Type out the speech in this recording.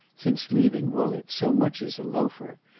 since leaving woollett, so much as a loafer,